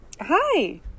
Hi